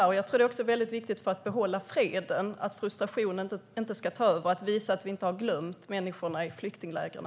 För att behålla freden, för att frustrationen inte ska ta över, tror jag också att det är viktigt att vi visar att vi inte har glömt människorna i flyktinglägren.